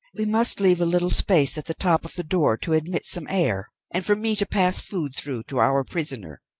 we must leave a little space at the top of the door to admit some air, and for me to pass food through to our prisoner.